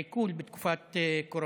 עיקול בתקופת קורונה.